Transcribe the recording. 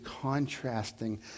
contrasting